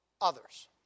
others